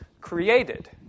created